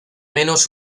menos